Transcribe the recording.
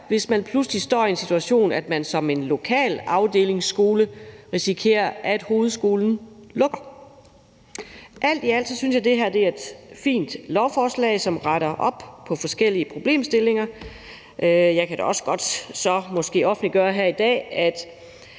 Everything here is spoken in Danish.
hvis man pludselig står i en situation, hvor man som lokal afdelingsskole risikerer, at hovedskolen lukker. Alt i alt synes jeg det her er et fint lovforslag, som retter op på forskellige problemstillinger. Jeg kan måske så også godt offentliggøre her i dag, at